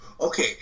Okay